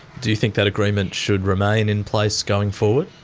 do you think that agreement should remain in place going forward?